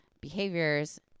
behaviors